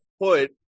put